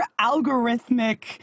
algorithmic